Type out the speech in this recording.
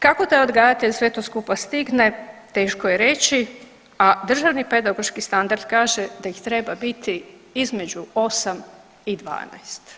Kako taj odgajatelj sve to skupa stigne teško je reći, a državni pedagoški standard kaže da ih treba biti između 8 i 12.